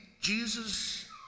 Jesus